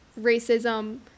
racism